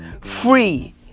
free